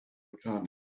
returning